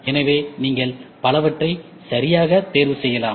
எனவே நீங்கள் பலவற்றை சரியாக தேர்வு செய்யலாம்